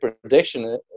prediction